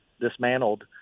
dismantled